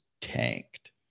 tanked